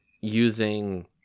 using